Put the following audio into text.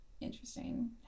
interesting